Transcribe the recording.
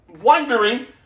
wondering